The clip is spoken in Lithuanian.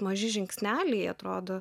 maži žingsneliai atrodo